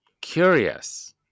curious